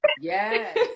Yes